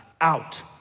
out